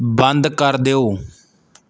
ਬੰਦ ਕਰ ਦਿਓ